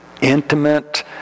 Intimate